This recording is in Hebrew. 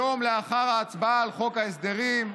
יום לאחר ההצבעה על חוק ההסדרים,